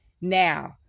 Now